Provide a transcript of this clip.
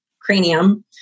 cranium